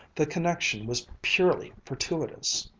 the connection was purely fortuitous.